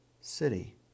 City